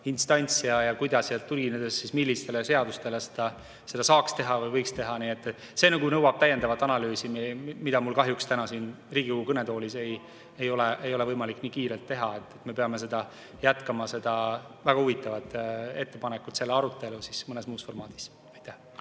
ja kuidas, tuginedes millistele seadustele seda saaks teha või võiks teha. Nii et see nõuab täiendavat analüüsi, mida mul kahjuks täna siin Riigikogu kõnetoolis ei ole võimalik nii kiirelt teha. Me peame jätkama selle väga huvitava ettepaneku arutelu mõnes muus formaadis.